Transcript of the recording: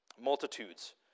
Multitudes